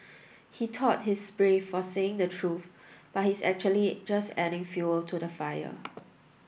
he thought he's brave for saying the truth but he's actually just adding fuel to the fire